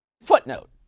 footnote